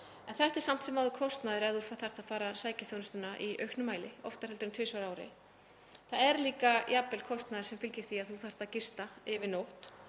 En þetta er samt sem áður kostnaður ef þú þarft að fara að sækja þjónustuna í auknum mæli, oftar en tvisvar á ári. Það er líka kostnaður sem fylgir því að þú þarft að gista yfir nótt